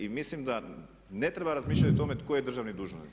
I mislim da ne treba razmišljati o tome tko je državni dužnosnik.